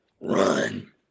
Run